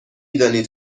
دانید